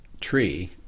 tree